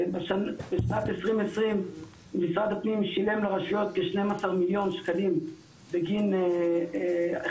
בשנת 2020 משרד הפנים שילם לרשויות כ-12 מיליון שקלים בגין החזר